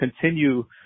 continue